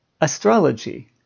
astrology